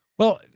well,